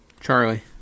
Charlie